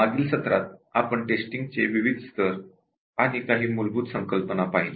मागील व्याखानात आपण टेस्टिंग चे विविध स्तर आणि काही मूलभूत संकल्पना पाहिल्या